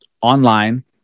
online